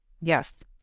Yes